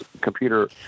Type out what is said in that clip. computer